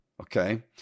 okay